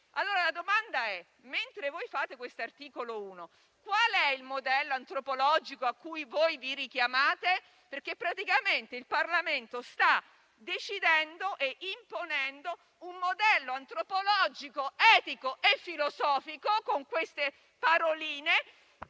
è la seguente: mentre voi elaborate questo articolo 1, qual è il modello antropologico a cui vi richiamate? Praticamente, infatti, il Parlamento sta decidendo e imponendo un modello antropologico, etico e filosofico con queste paroline,